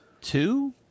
two